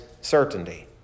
certainty